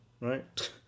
right